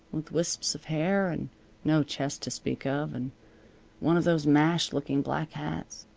with wisps of hair, and no chest to speak of, and one of those mashed-looking black hats.